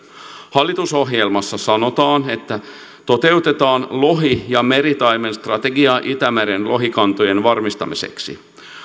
hallitusohjelmassa sanotaan että toteutetaan lohi ja meritaimenstrategiaa itämeren lohikantojen varmistamiseksi